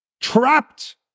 trapped